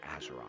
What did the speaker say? Azeroth